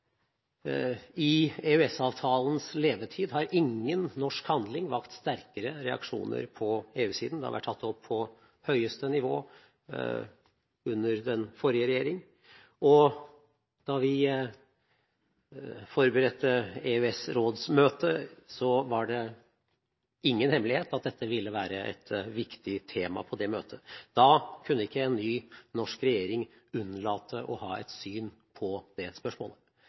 I EØS-avtalens levetid har ingen norsk handling vakt sterkere reaksjoner på EU-siden. Det har vært tatt opp på høyeste nivå under den forrige regjering, og da vi forberedte EØS-rådsmøtet, var det ingen hemmelighet at dette ville være et viktig tema på det møtet. Da kunne ikke en ny norsk regjering unnlate å ha et syn på det spørsmålet.